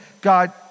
God